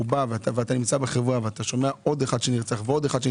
ואתה נמצא בחברה ושומע עוד אחד שנרצח ועוד אחד,